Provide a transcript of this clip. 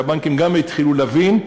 מפני שהבנקים גם התחילו להבין.